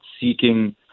seeking